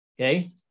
Okay